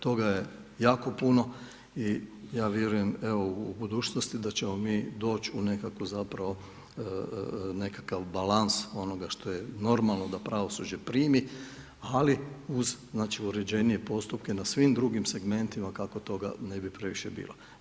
Toga je jako puno i ja vjerujem evo u budućnosti da ćemo mi doći u nekakvu zapravo nekakav balans onoga što je normalno da pravosuđe primi, ali uz znači uređenije postupke na svim drugim segmentima kako toga ne bi previše bilo.